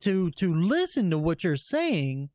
to to listen to what you're saying